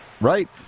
Right